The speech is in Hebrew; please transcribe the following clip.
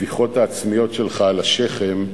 הטפיחות העצמיות שלך על השכם,